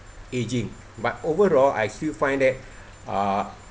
ageing but overall I still find that uh